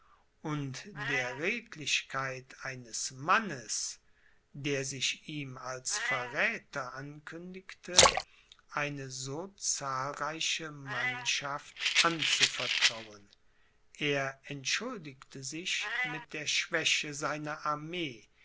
und der redlichkeit eines mannes der sich ihm als verräther ankündigte eine so zahlreiche mannschaft anzuvertrauen er entschuldigte sich mit der schwäche seiner armee